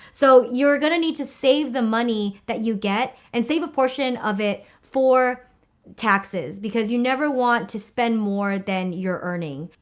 so you're gonna need to save the money that you get and save a portion of it for taxes because you never want to spend more than you're earning.